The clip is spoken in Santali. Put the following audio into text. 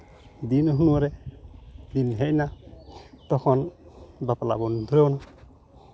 ᱫᱤᱱ ᱦᱚᱸ ᱚᱱᱟᱨᱮ ᱫᱤᱱ ᱦᱮᱡ ᱮᱱᱟ ᱛᱚᱠᱷᱚᱱ ᱵᱟᱯᱞᱟ ᱵᱚᱱ ᱫᱷᱩᱨᱟᱹᱣ ᱮᱱᱟ